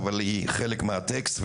אבל היא חלק מהטקסט,